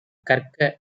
கற்க